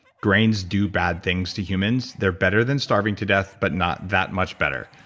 grains do bad things to humans, they're better than starving to death, but not that much better.